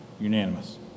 Unanimous